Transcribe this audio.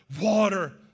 water